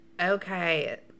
okay